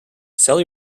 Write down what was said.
sell